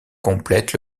complète